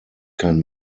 kein